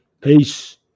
Peace